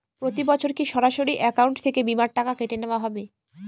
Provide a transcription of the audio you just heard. প্রতি বছর কি সরাসরি অ্যাকাউন্ট থেকে বীমার টাকা কেটে নেওয়া হবে?